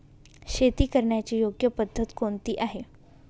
शेती करण्याची योग्य पद्धत कोणती आहे?